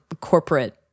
corporate